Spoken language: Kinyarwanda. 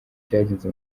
cyagenze